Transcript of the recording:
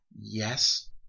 Yes